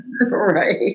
right